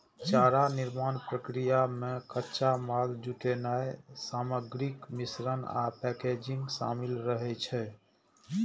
चारा निर्माण प्रक्रिया मे कच्चा माल जुटेनाय, सामग्रीक मिश्रण आ पैकेजिंग शामिल रहै छै